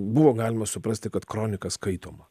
buvo galima suprasti kad kronika skaitoma